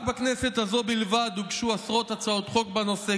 רק בכנסת הזו בלבד הוגשו עשרות הצעות חוק בנושא,